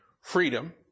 Freedom